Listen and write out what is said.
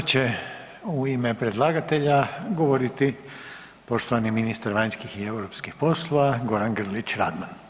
Sada će u ime predlagatelja govoriti poštovani ministar vanjskih i europskih poslova Goran Grlić Radman.